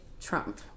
Trump